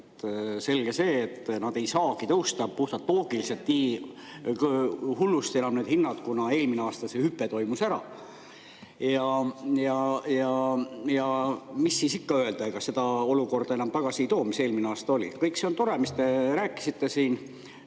Selge see, et need hinnad ei saagi puhtalt loogiliselt nii hullusti enam tõusta, kuna eelmine aasta see hüpe toimus ära. Ja mis siis ikka öelda? Ega seda olukorda enam tagasi ei too, mis eelmine aasta oli. Kõik see on tore, mis te rääkisite siin.